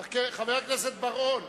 חבר הכנסת בר-און,